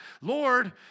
Lord